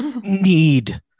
need